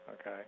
okay